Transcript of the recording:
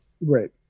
Right